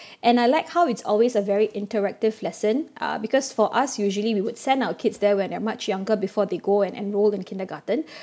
and I like how it's always a very interactive lesson uh because for us usually we would send our kids they're were much younger before they go and enrolled in kindergarten